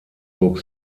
zog